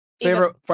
Favorite